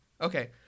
okay